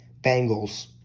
Bengals